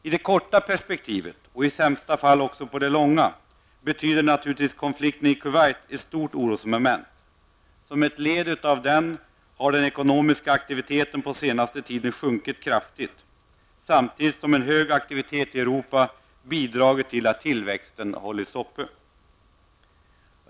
I det korta perspektivet och i sämsta fall också i det långa, betyder naturligtvis konflikten i Kuwait ett stort orosmoment. Som en följd av denna har den ekonomiska aktiviteten på senaste tiden sjunkit kraftigt, samtidigt som hög aktivitet i Europa bidragit till att tillväxten hållits uppe.